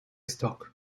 stock